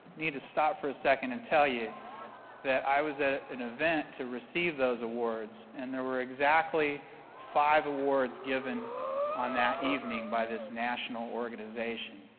need to stop for a second and tell you that i was at the and event to receive those awards, and there were exactly five awards given on that evening by this national organization.